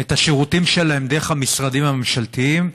את השירותים שלהם דרך המשרדים הממשלתיים,